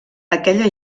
aquella